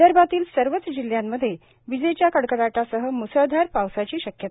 विदर्भातील सर्वच जिल्ह्यांमध्ये विजेच्या कडकटासह मुसळधार पावसाची शक्यता